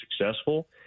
successful